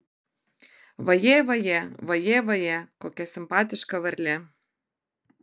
vajė vajė vajė vajė kokia simpatiška varlė